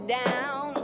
down